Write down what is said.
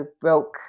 broke